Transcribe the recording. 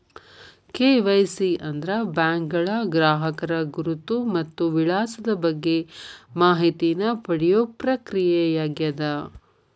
KYC ಅಂದ್ರ ಬ್ಯಾಂಕ್ಗಳ ಗ್ರಾಹಕರ ಗುರುತು ಮತ್ತ ವಿಳಾಸದ ಬಗ್ಗೆ ಮಾಹಿತಿನ ಪಡಿಯೋ ಪ್ರಕ್ರಿಯೆಯಾಗ್ಯದ